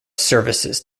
services